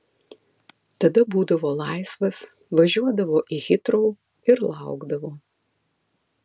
tada būdavo laisvas važiuodavo į hitrou ir laukdavo